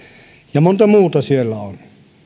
ja monta muuta siellä on